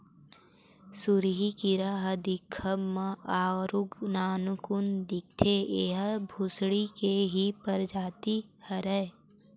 सुरही कीरा ह दिखब म आरुग नानकुन दिखथे, ऐहा भूसड़ी के ही परजाति हरय